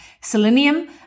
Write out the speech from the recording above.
selenium